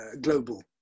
global